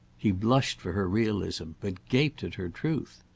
he blushed for her realism, but gaped at her truth.